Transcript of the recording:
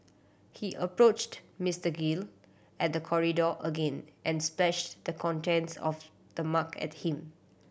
he approached Mister Gill at the corridor again and splashed the contents of the mug at him